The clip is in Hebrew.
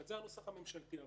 זה הנוסח הממשלתי,